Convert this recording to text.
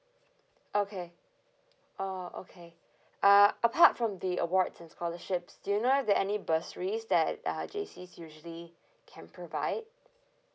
okay oh okay uh apart from the awards and scholarships do you know if there're any bursaries that uh J_C's usually can provide